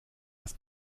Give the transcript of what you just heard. das